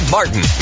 Martin